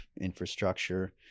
infrastructure